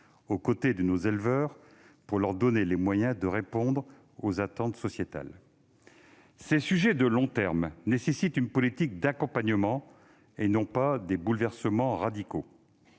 aux côtés de nos éleveurs, pour leur donner les moyens de répondre aux attentes sociétales. Ces sujets de long terme nécessitent une politique d'accompagnement, et non des bouleversements radicaux.